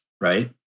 right